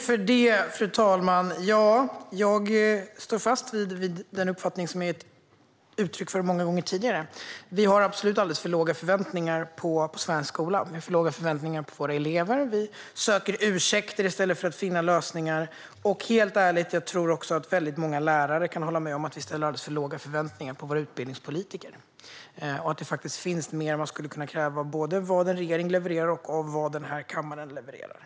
Fru talman! Jag står fast vid den uppfattning som jag har gett uttryck för många gånger tidigare. Vi har absolut alldeles för låga förväntningar på svensk skola och på våra elever, och vi söker ursäkter i stället för att finna lösningar. Helt ärligt tror jag att många lärare kan hålla med om att vi har alldeles för låga förväntningar på våra utbildningspolitiker. Det finns mer man skulle kunna kräva när det gäller både vad en regering levererar och vad denna kammare levererar.